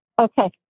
Okay